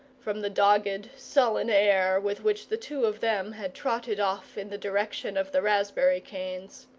from the dogged, sullen air with which the two of them had trotted off in the direction of the raspberry-canes.